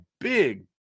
big